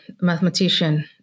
mathematician